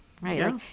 right